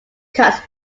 cuts